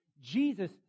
Jesus